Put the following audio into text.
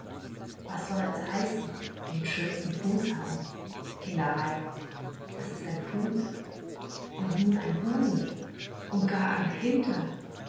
was soll das heißen den schönsten fuß haben kinderei was ist ein fuß und nun ein busen und gar einen hintern